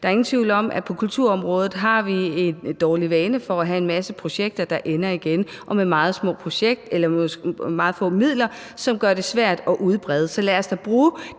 Der er ingen tvivl om, at på kulturområdet har vi en dårlig vane med at have en masse projekter, der ender igen, og med meget få midler, som gør det svært at udbrede dem, så lad os da bruge